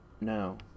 No